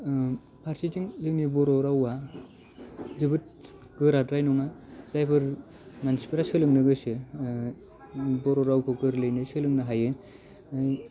ओ फारसेथिं जोंनि बर' रावा जोबोद गोराद्राय नङा जायफोर मानसिफोरा सोलोंनो गोसो ओ बर' रावखौ गोरलैयैनो सोलोंनो हायो ओ